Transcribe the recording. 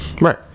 Right